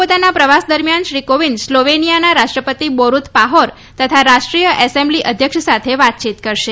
પોતાના પ્રવાસ દરમ્યાન શ્રી કોવિંદ સ્લોવેનિયાના રાષ્ટ્રપતિ બોરૂત પાહોર તથા રાષ્ટ્રીય એસેમ્બલી અધ્યક્ષ સાથે વાતચીત કરશે